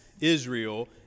Israel